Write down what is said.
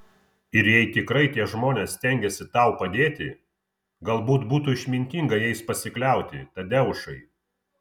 ir jei tikrai tie žmonės stengiasi tau padėti galbūt būtų išmintinga jais pasikliauti tadeušai